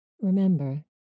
Remember